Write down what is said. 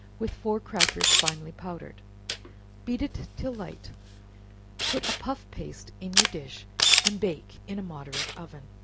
with four crackers finely powdered beat it till light put a puff paste in your dish and bake in a moderate oven.